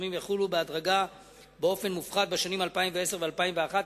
הסכומים יחולו בהדרגה באופן מופחת בשנים 2010 ו-2011.